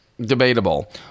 debatable